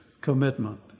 commitment